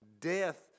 death